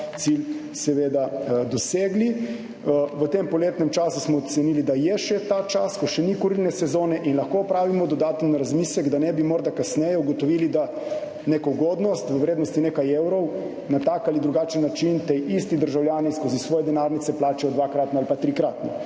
ga, seveda, dosegli. V tem poletnem času smo ocenili, da je še ta čas, ko še ni kurilne sezone in lahko opravimo dodaten razmislek, da ne bi morda kasneje ugotovili, da neko ugodnost, v vrednosti nekaj evrov, na tak ali drugačen način ti isti državljani skozi svoje denarnice plačajo dvakratno ali pa trikratno.